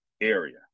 area